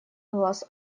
глаз